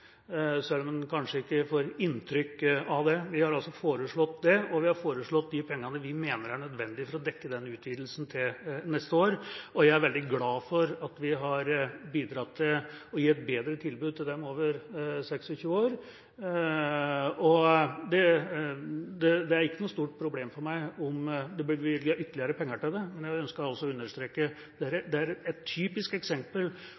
selv om man kanskje ikke får inntrykk av det. Vi har foreslått det, og vi har foreslått de pengene vi mener er nødvendig for å dekke den utvidelsen til neste år. Jeg er veldig glad for at vi har bidratt til å gi et bedre tilbud til dem over 26 år, og det er ikke noe stort problem for meg om det blir bevilget ytterligere penger til det – det ønsker jeg også å understreke. Det er et typisk eksempel